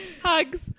Hugs